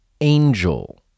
angel